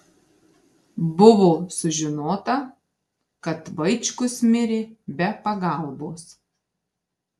buvo sužinota kad vaičkus mirė be pagalbos